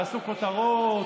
תעשו כותרות,